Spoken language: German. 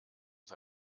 uns